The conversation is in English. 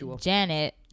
Janet